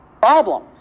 problem